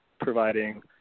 providing